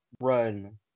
run